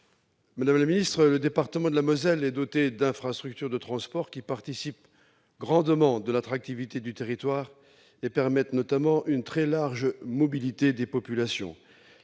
A 31 en Moselle. Le département de la Moselle est doté d'infrastructures de transports qui participent grandement de l'attractivité du territoire et permettent, notamment, une très large mobilité des populations.